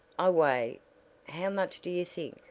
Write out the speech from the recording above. i weigh how much do you think?